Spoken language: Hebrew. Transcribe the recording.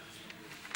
חברי הכנסת,